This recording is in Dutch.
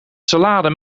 salade